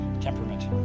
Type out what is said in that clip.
temperament